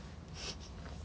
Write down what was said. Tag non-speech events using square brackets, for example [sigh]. [laughs]